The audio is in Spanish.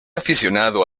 aficionado